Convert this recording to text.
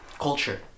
culture